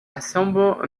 assemble